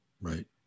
Right